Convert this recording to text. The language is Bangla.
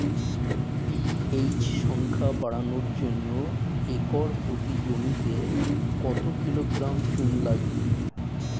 পি.এইচ সংখ্যা বাড়ানোর জন্য একর প্রতি জমিতে কত কিলোগ্রাম চুন লাগে?